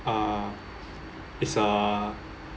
uh is uh